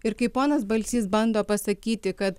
ir kaip ponas balsys bando pasakyti kad